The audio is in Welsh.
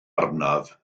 arnaf